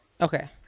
Okay